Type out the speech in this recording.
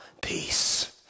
peace